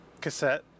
cassette